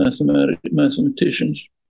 mathematicians